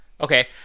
Okay